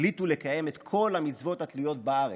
החליטו לקיים את כל המצוות התלויות בארץ: